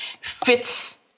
fits